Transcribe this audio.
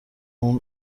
اون